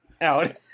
Out